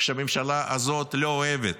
שהממשלה הזאת לא אוהבת